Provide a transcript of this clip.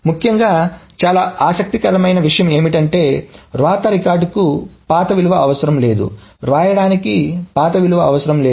ముఖ్యంగా చాలా ఆసక్తికరమైన విషయం ఏమిటంటే వ్రాత రికార్డుకు పాత విలువ అవసరం లేదు వ్రాయడానికి పాత విలువ అవసరం లేదు